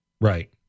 Right